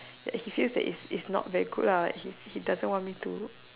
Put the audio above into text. that he feel that it's it's not very good ah he he doesn't want me to